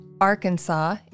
Arkansas